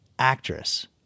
actress